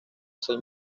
seis